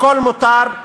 הכול מותר,